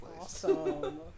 Awesome